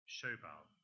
Shobal